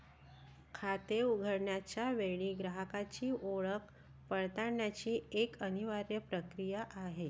खाते उघडण्याच्या वेळी ग्राहकाची ओळख पडताळण्याची एक अनिवार्य प्रक्रिया आहे